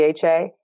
DHA